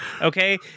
Okay